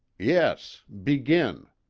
yes. begin.